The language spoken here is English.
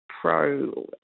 pro